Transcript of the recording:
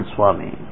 Swami